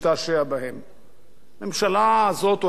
הממשלה הזאת אוהבת אותם קטנים,